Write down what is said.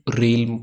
real